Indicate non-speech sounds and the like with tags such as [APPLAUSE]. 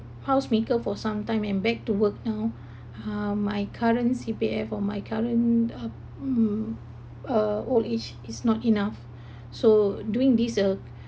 house maker for some time and back to work now uh my current C_P_F or my current uh mm uh old age is not enough [BREATH] so doing this a